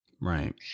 Right